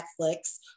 Netflix